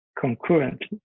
concurrently